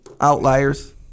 outliers